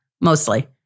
mostly